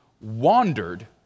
wandered